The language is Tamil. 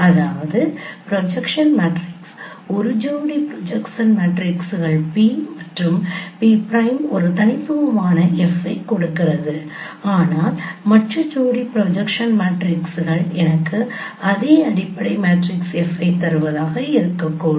அதாவது ப்ரொஜெக்ஷன் மேட்ரிக்ஸ் ஒரு ஜோடி ப்ரொஜெக்ஷன் மேட்ரிக்ஸ்கள் P மற்றும் P' ஒரு தனித்துவமான F ஐக் கொடுக்கிறது ஆனால் மற்ற ஜோடி ப்ரொஜெக்ஷன் மேட்ரிக்ஸ்கள் எனக்கு அதே அடிப்படை மேட்ரிக்ஸ் F ஐக் தருவதாக இருக்கக்கூடும்